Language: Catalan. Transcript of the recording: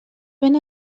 ben